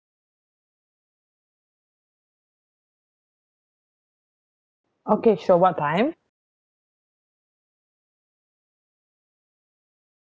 okay sure what time